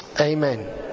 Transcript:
Amen